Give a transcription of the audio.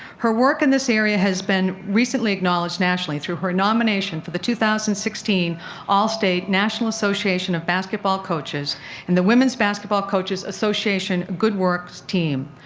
her work in this area has been recently acknowledged nationally through her nomination for the two thousand and sixteen allstate national association of basketball coaches and the women's basketball coaches association good works team,